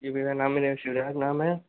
जी भय्या नाम मेरा शिवराज नाम है